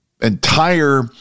entire